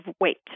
weight